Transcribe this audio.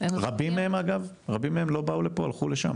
ורבים מהם לא באו לפה אלא הלכו לשם